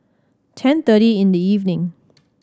ten thirty in the evening